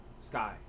sky